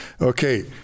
Okay